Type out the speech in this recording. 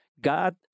God